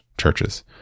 churches